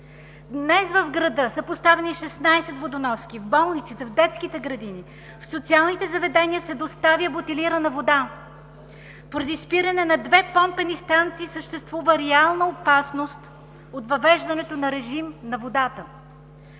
Днес в града са поставени 16 водоноски. В болниците, в детските градини, в социалните заведения се доставя бутилирана вода. Поради спиране на две помпени станции съществува реална опасност от въвеждането на режим на водата.